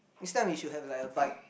next time we should have like a bike